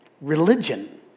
religion